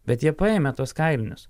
bet jie paėmė tuos kailinius